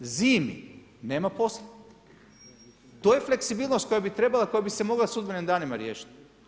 Zimi nema posla, to je fleksibilnost koja bi trebala koja bi se mogla sudbenim danima riješiti.